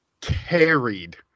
carried